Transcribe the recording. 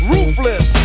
Ruthless